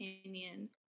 opinion